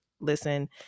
listen